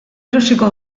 erosiko